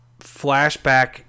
flashback